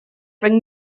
bring